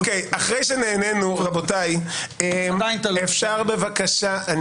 אוקיי, אחרי שנהנו, רבותיי, אפשר בבקשה.